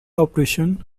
operation